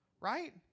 Right